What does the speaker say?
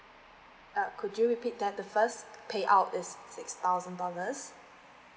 uh could you repeat that the first pay out is six thousand dollars